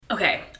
Okay